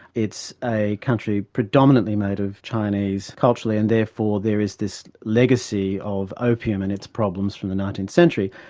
it's a country predominately made of chinese culturally and therefore there is this legacy of opium and its problems from the nineteenth century.